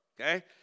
Okay